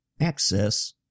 access